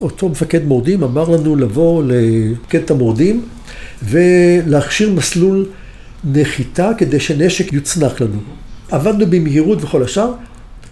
אותו מפקד מורדים אמר לנו לבוא למפקדת המורדים ולהכשיר מסלול נחיתה כדי שנשק יוצנח לנו. עבדנו במהירות וכל השאר.